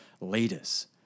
leaders